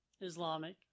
Islamic